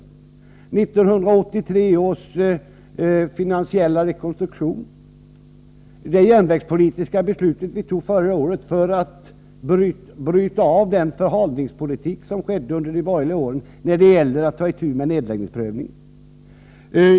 Vi har 1983 års finansiella rekonstruktion och det järnvägspolitiska beslut som vi fattade förra året för att bryta den förhalningspolitik som bedrevs under de borgerliga åren när det gällde att ta itu med nedläggningsprövningen.